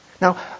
Now